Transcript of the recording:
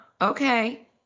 Okay